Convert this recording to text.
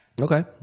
Okay